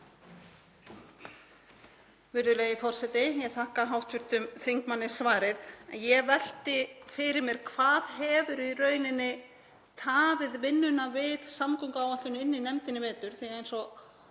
Virðulegi forseti. Ég þakka hv. þingmanni svarið en ég velti fyrir mér hvað hefur í rauninni tafið vinnuna við samgönguáætlun inni í nefndinni í vetur því að eins og